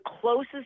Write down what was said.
closest